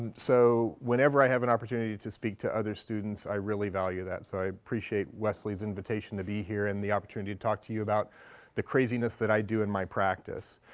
so whenever i have an opportunity to speak to other students, i really value that. so i appreciate wesley's invitation to be here and the opportunity to talk to you about the craziness that i do in my practice.